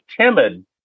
timid